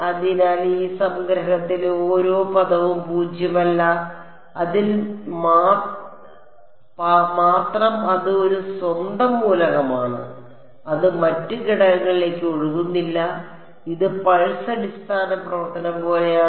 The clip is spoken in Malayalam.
അതിനാൽ ഈ സംഗ്രഹത്തിലെ ഓരോ പദവും പൂജ്യമല്ല അതിൽ മാത്രം അത് ഒരു സ്വന്തം മൂലകമാണ് അത് മറ്റ് ഘടകത്തിലേക്ക് ഒഴുകുന്നില്ല ഇത് പൾസ് അടിസ്ഥാന പ്രവർത്തനം പോലെയാണ്